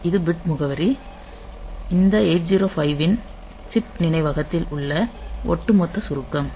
இது பிட் முகவரி இந்த 8051 இன் சிப் நினைவகத்தில் உள்ள ஒட்டுமொத்த சுருக்கம்